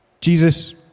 Jesus